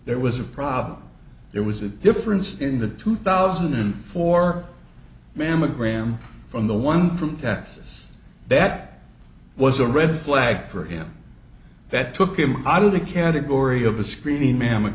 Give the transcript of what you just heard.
there was a problem there was a difference in the two thousand and four mammogram from the one from texas back was a red flag for him that took him out of the category of a screening mammo